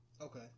Okay